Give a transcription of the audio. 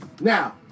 Now